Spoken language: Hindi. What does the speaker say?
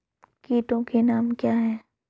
कीटों के नाम क्या हैं?